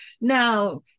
Now